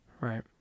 Right